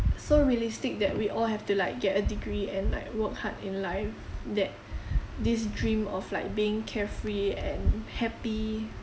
so realistic that we all have to like get a degree and like work hard in life that this dream of like being carefree and happy